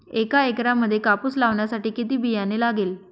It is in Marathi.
एका एकरामध्ये कापूस लावण्यासाठी किती बियाणे लागेल?